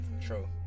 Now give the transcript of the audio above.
true